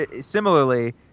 similarly